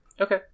okay